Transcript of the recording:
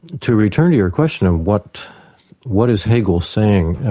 to return to your question of what what is hegel saying,